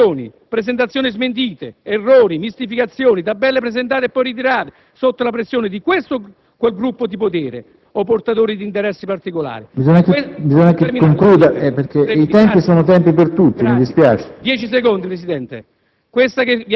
enunciazioni, presentazioni e smentite, errori, mistificazioni, tabelle presentate e poi ritirate sotto la pressione di questo o quel gruppo di potere o portatore di interessi particolari. PRESIDENTE. Senatore, bisogna che concluda, perché i tempi sono tempi per tutti, mi spiace. FAZZONE *(FI)*. Questa